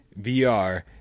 VR